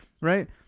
Right